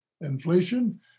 Inflation